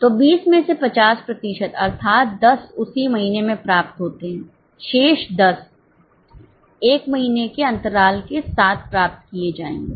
तो 20 में से 50 प्रतिशत अर्थात 10 उसी महीने में प्राप्त होते हैं शेष 10 एक महीने के अंतराल के साथ प्राप्त किए जाएंगे